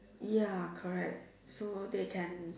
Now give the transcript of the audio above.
ya correct so they can